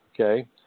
Okay